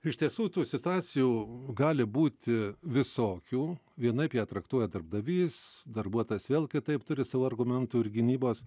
iš tiesų tų situacijų gali būti visokių vienaip ją traktuoja darbdavys darbuotojas vėl kitaip turi savų argumentų ir gynybos